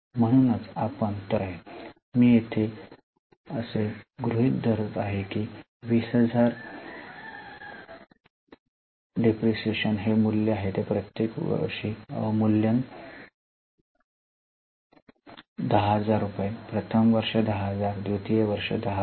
म्हणूनच आपण तरतूद करणे आवश्यक आहे मी येथे असे गृहित धरत आहे की 20000 डिप्रीशीएशन हे मूल्य आहे प्रत्येक वर्षी अवमूल्यन 10000 प्रथम वर्ष 10000 द्वितीय वर्ष 10000